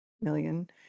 million